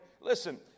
listen